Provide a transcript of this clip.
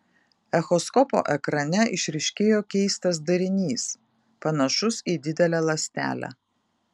echoskopo ekrane išryškėjo keistas darinys panašus į didelę ląstelę